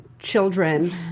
Children